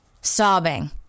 sobbing